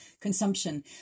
consumption